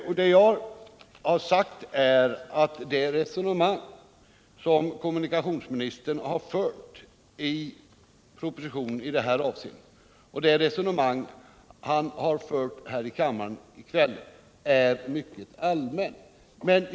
Det som jag har framhållit är att det resonemang som kommunikationsministern har fört i propositionen i detta avseende och även det som han har fört här i kammaren i kväll är av mycket allmän karaktär.